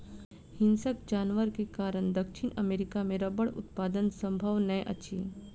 हिंसक जानवर के कारण दक्षिण अमेरिका मे रबड़ उत्पादन संभव नै अछि